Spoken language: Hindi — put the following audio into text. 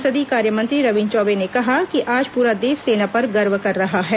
संसदीय कार्य मंत्री रविन्द्र चौबे ने कहा कि आज पूरा देश सेना पर गर्व कर रहा है